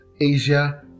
Asia